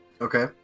Okay